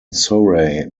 surrey